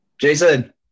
Jason